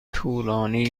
طولانی